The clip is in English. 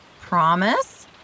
Promise